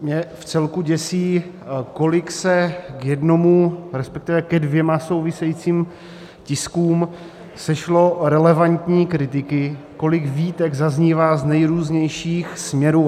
Mě vcelku děsí, kolik se k jednomu, resp. ke dvěma souvisejícím tiskům sešlo relevantní kritiky, kolik výtek zaznívá z nejrůznějších směrů.